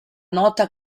nota